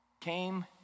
came